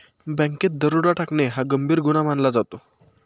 बँकेत दरोडा टाकणे हा गंभीर गुन्हा मानला जातो